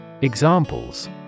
Examples